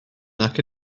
nac